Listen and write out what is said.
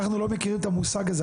אנחנו לא מכירים את המושג הזה.